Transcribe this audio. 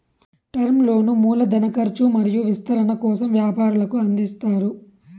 term లోన్లు మూల ధన కర్చు మరియు విస్తరణ కోసం వ్యాపారులకు అందిస్తారు